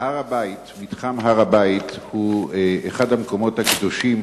מתחם הר-הבית הוא אחד המקומות הקדושים